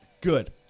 Good